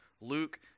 Luke